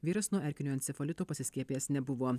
vyras nuo erkinio encefalito pasiskiepijęs nebuvo